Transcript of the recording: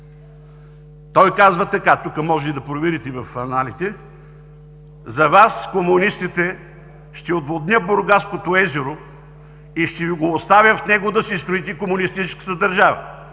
Той казва така – тук може да проверите в аналите: „За Вас, комунистите, ще отводня Бургаското езеро и ще Ви го оставя в него да си строите комунистическата държава.